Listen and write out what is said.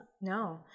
No